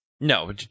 No